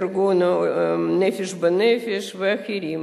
ארגון "נפש בנפש" ואחרים,